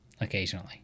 occasionally